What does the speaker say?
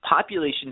population